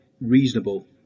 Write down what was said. reasonable